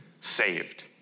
saved